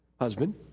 Husband